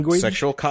sexual